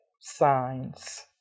signs